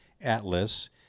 Atlas